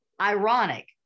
ironic